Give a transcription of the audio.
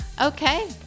okay